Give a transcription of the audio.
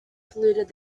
polluted